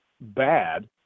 bad